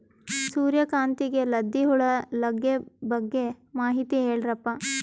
ಸೂರ್ಯಕಾಂತಿಗೆ ಲದ್ದಿ ಹುಳ ಲಗ್ಗೆ ಬಗ್ಗೆ ಮಾಹಿತಿ ಹೇಳರಪ್ಪ?